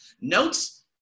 Notes